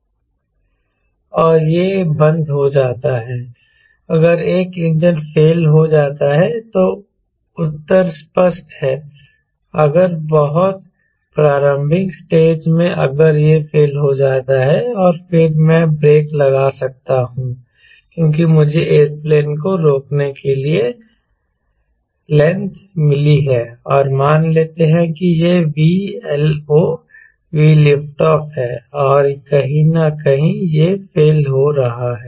और यह बंद हो जाता है अगर एक इंजन फेल हो जाता है तो उत्तर स्पष्ट है अगर बहुत प्रारंभिक स्टेज में अगर यह फेल हो जाता है और फिर मैं ब्रेक लगा सकता हूं क्योंकि मुझे एयरप्लेन को रोकने के लिए पर्याप्त लेंथ मिली है और मान लेते हैं कि यह VLO है और कहीं न कहीं यह फेल हो रहा है